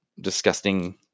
disgusting